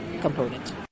component